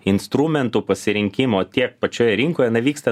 instrumentų pasirinkimo tiek pačioje rinkoje na vyksta